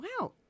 wow